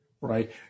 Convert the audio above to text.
right